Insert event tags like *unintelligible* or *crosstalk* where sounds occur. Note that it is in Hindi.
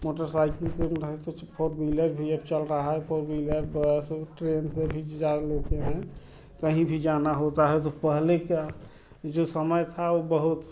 मोटर साइकिल के *unintelligible* फोर व्हीलर भी अब चल रहा है फोर व्हीलर बस ट्रेन से भी जा लेते हैं कहीं भी जाना होता है तो पहले क्या जो समय था वो बहुत